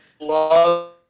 love